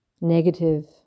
negative